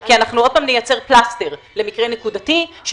כי אנחנו עוד פעם נייצר פלסטר למקרה נקודתי של